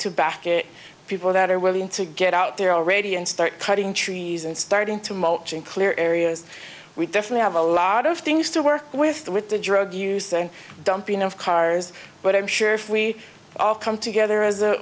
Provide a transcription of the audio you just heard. to back it people that are willing to get out there already and start cutting trees and starting to mulch in clear areas we definitely have a lot of things to work with with the drug use and dumping of cars but i'm sure if we all come together as a